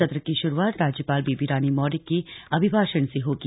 सत्र की शुरूआत राज्यपाल बेबीरानी मौर्य के अभिभाषण से होगी